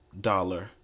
dollar